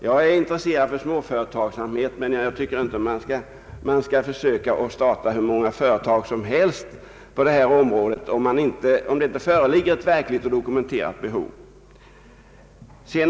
Jag är intresserad av småföretagsamhet, men jag tycker inte att vi skall försöka starta hur många företag som helst på detta område, om det inte föreligger ett verkligt dokumenterat behov därav.